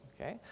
okay